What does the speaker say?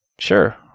Sure